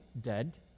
dead